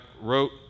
wrote